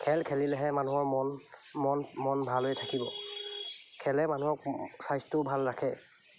খেল খেলিলেহে মানুহৰ মন মন মন ভাল হৈ থাকিব খেলে মানুহক স্বাস্থ্যও ভালে ৰাখে